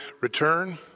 return